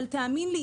אבל תאמין לי,